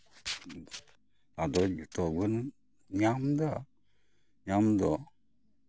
ᱟᱫᱚ ᱡᱚᱛᱚᱵᱚᱱ ᱧᱟᱢᱫᱟ ᱧᱟᱢᱫᱚ